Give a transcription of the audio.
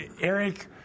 Eric